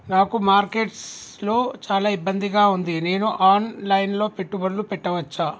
నాకు మార్కెట్స్ లో చాలా ఇబ్బందిగా ఉంది, నేను ఆన్ లైన్ లో పెట్టుబడులు పెట్టవచ్చా?